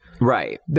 Right